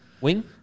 wing